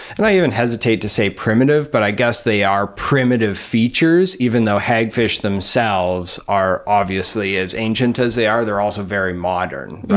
and i even hesitate to say primitive, but i guess they are primitive features. even though hagfish themselves are, obviously, as ancient as they are, they're also very modern.